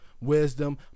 Wisdom